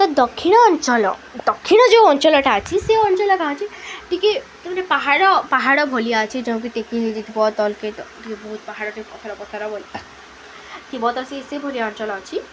ତ ଦକ୍ଷିଣ ଅଞ୍ଚଳ ଦକ୍ଷିଣ ଯେଉଁ ଅଞ୍ଚଳଟା ଅଛି ସେ ଅଞ୍ଚଳଟା ଅଛି ଟିକେ ମାନେ ପାହାଡ଼ ପାହାଡ଼ ଭଳିଆ ଅଛି ଯେଉଁକି ଟିକେ ବହୁତ ପାହାଡ଼ ପାଖ ପଥର ତ ସେ ସେ ଭଳିଆ ଅଞ୍ଚଳ ଅଛି